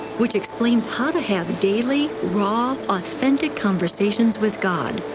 which explained how to have daily, raw, authentic conversations with god.